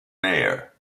mayor